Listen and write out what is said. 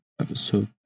episode